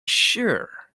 sure